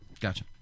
Gotcha